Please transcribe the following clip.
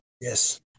yes